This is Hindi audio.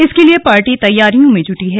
इसके लिए पार्टी तैयारियों में जूटी है